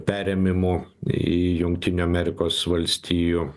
perėmimu į jungtinių amerikos valstijų